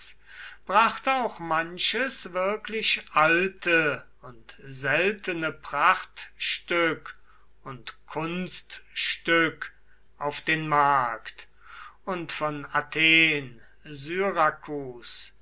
brachte auch manches wirklich alte und seltene prachtstück und kunststück auf den markt und von athen syrakus